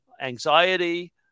anxiety